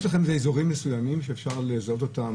יש לכם איזה אזורים מסוימים שאפשר לזהות אותם,